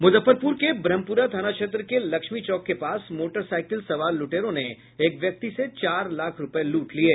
मूजफ्फरपूर के ब्रह्मपूरा थाना क्षेत्र के लक्ष्मी चौक के पास मोटरसाईकिल सवार लूटेरों ने एक व्यक्ति से चार लाख रूपये लूट लिये